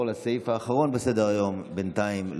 אנחנו נעבור לסעיף האחרון בסדר-היום בינתיים,